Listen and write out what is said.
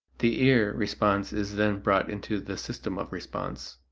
the ear response is then brought into the system of response.